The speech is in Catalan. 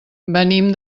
venim